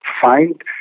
find